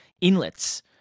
inlets